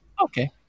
Okay